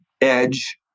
edge